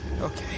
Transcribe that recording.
Okay